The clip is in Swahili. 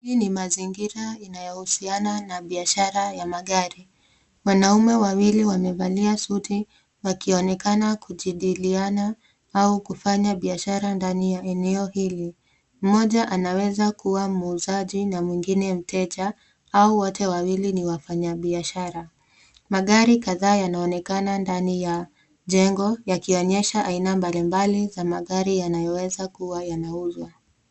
Hii ni mazingira inayohusiana na biashara ya magari. Wanaume wawili wamevalia suti wakionekana kujadiliana au kufanya biashara ndani ya eneo hili, mmoja anaweza kuwa muuzaji na mwingine mteja au wote wawili ni wafanya biashara. Magari kadhaa yanaonekana ndani ya jengo yakionyesha aina mbali mbali za magari yanayoweza kuwa yanauzwa.